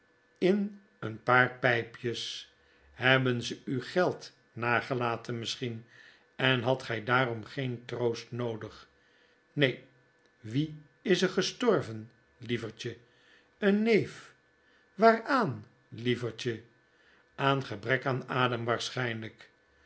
in een paar pijpjes p hebben ze u geld nagelatea misschien en hadt gy daarom geen troost noodig neen wie is er gestorven lievertje een neef waaraan lievertje p aan gebrek aan adem